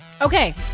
Okay